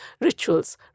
rituals